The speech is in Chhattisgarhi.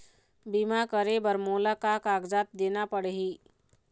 बीमा करे बर मोला का कागजात देना पड़ही?